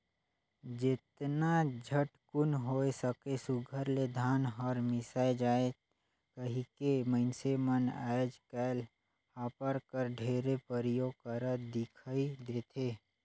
जेतना झटकुन होए सके सुग्घर ले धान हर मिसाए जाए कहिके मइनसे मन आएज काएल हापर कर ढेरे परियोग करत दिखई देथे